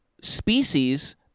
species